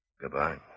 Goodbye